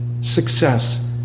success